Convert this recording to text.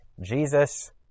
Jesus